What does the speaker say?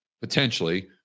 potentially